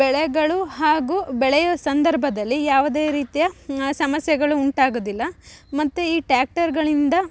ಬೆಳೆಗಳು ಹಾಗು ಬೆಳೆಯೋ ಸಂದರ್ಭದಲ್ಲಿ ಯಾವುದೇ ರೀತಿಯ ಸಮಸ್ಯೆಗಳು ಉಂಟಾಗೋದಿಲ್ಲ ಮತ್ತು ಈ ಟ್ಯಾಕ್ಟರ್ಗಳಿಂದ